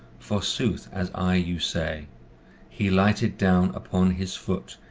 for sooth as i you say he lighted down upon his foot,